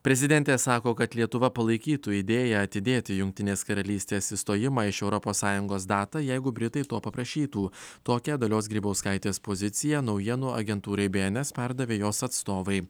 prezidentė sako kad lietuva palaikytų idėją atidėti jungtinės karalystės išstojimą iš europos sąjungos datą jeigu britai to paprašytų tokia dalios grybauskaitės pozicija naujienų agentūrai byenes perdavė jos atstovai